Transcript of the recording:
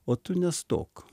o tu nestok